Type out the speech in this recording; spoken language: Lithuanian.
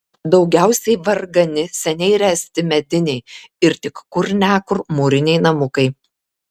daugiausiai vargani seniai ręsti mediniai ir tik kur ne kur mūriniai namukai